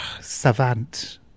savant